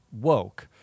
woke